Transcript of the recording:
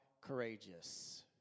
courageous